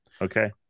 Okay